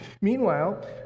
Meanwhile